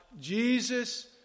Jesus